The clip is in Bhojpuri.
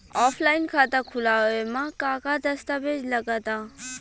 ऑफलाइन खाता खुलावे म का का दस्तावेज लगा ता?